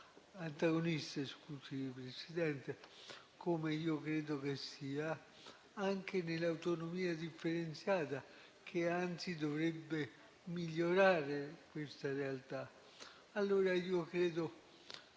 antagoniste, Presidente, come credo che sia anche nell'autonomia differenziata, che anzi dovrebbe migliorare questa realtà. Io credo